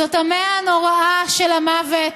זאת המאה הנוראה של המוות